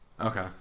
Okay